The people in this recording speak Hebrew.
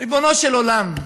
ריבונו של עולם,